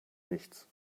nichts